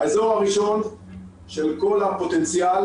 האזור הראשון של כל הפוטנציאל